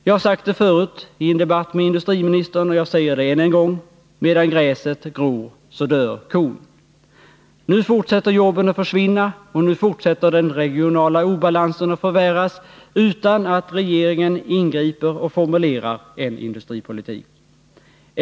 Jag har sagt det förut i en debatt med industriministern, och jag säger det än en gång: Medan gräset gror dör kon. Nu fortsätter jobben att försvinna, och nu fortsätter den regionala obalansen att förvärras, utan att regeringen ingriper och formulerar en industripolitik.